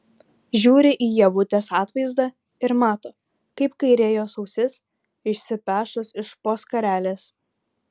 žiūri į ievutės atvaizdą ir mato kaip kairė jos ausis išsipešus iš po skarelės